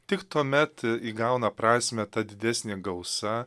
tik tuomet e įgauna prasmę ta didesnė gausa